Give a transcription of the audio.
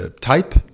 type